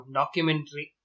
documentary